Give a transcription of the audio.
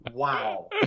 Wow